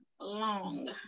long